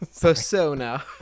Persona